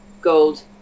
gold